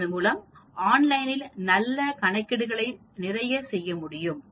இதன் மூலம் ஆன்லைனில் நல்ல கணக்கீடுகளை நிறைய செய்ய முடியும்